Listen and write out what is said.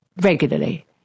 regularly